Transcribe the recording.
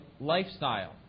lifestyle